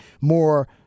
more